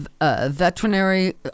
veterinary